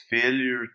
failure